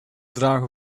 dragen